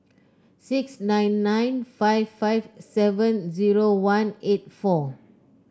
six nine nine five five seven zero one eight four